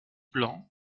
blanc